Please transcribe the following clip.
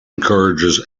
encourages